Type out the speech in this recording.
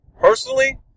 personally